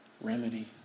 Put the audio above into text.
remedy